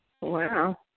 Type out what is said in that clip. Wow